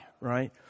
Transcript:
right